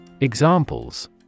Examples